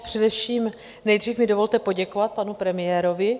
Především mi nejdříve dovolte poděkovat panu premiérovi.